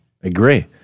Agree